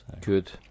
Good